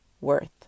worth